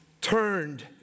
turned